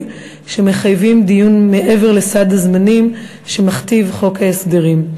שמחייבים דיון מעבר לסד הזמנים שמכתיב חוק ההסדרים.